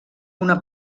una